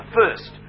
first